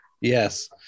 Yes